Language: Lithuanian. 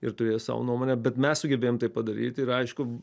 ir turėjo savo nuomonę bet mes sugebėjom tai padaryti ir aišku